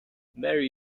marry